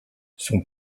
son